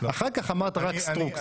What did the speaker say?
אחר כך אמרת רק סטרוק,